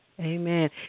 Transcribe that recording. Amen